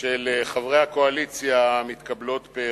של חברי הקואליציה מתקבלות פה-אחד.